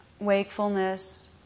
wakefulness